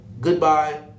Goodbye